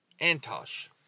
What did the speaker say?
Antosh